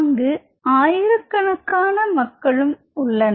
அங்கு ஆயிரக்கணக்கான மக்களும் உள்ளனர்